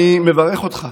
אני מברך אותך,